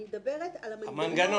אני מדברת על המנגנון.